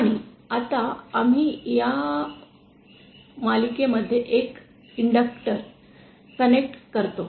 आणि आता आम्ही या मालिकामध्ये एक इंडक्टर् कनेक्ट करतो